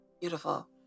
Beautiful